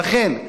ולכן,